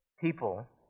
people